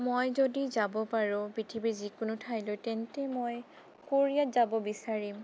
মই যদি যাব পাৰো পৃথিৱীৰ যিকোনো ঠাইলৈ তেন্তে মই কোৰিয়াত যাব বিচাৰিম